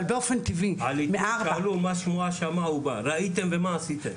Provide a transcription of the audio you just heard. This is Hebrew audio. אבל באופן טבעי --- ראיתם ומה עשיתם?